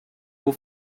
will